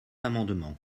amendements